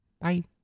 Bye